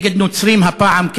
נגד נוצרים הפעם,